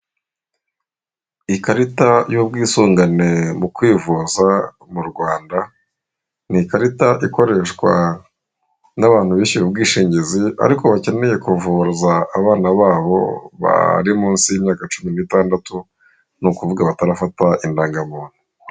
Ikarita y'ubwisungane mu kwivuza mu Rwanda, ni ikarita ikoreshwa n'abantu bishyuye ubwishingizi ariko bakeneye kuvuza abana babo bari munsi y'imyaka cumi n'tandatu, ni ukuvuga batarafata indangamuntu.